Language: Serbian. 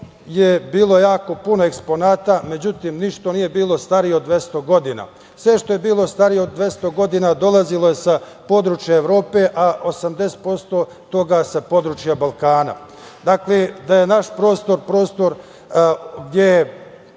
je bilo jako puno eksponata. Međutim, ništa nije bilo starije od 200 godina. Sve što je bilo starije od 200 godina, dolazilo je sa područja Evrope, a 80% toga sa područja Balkana. Dakle, da je naš prostor prostor gde je